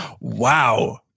Wow